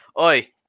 Oi